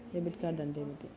Debit card అంటే ఏమిటి?